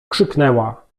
krzyknęła